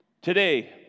today